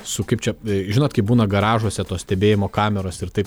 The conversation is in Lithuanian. su kaip čia žinot kaip būna garažuose tos stebėjimo kameros ir taip